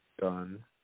done